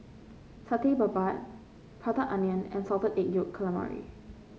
Satay Babat Prata Onion and Salted Egg Yolk Calamari